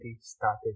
started